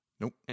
Nope